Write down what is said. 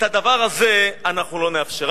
את הדבר הזה אנחנו לא נאפשר.